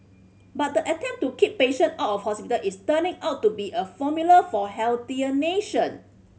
but the attempt to keep patient out of hospital is turning out to be a formula for healthier nation